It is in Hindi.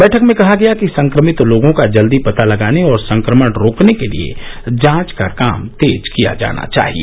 बैठक में कहा गया कि संक्रमित लोगों का जल्दी पता लगाने और संक्रमण रोकने के लिए जांच का काम तेज किया जाना चाहिए